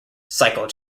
cycle